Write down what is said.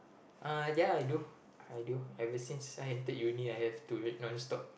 uh ya I do I do ever since I entered Uni I have to read non stop